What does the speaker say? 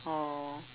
oh